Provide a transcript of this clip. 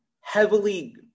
heavily